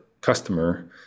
customer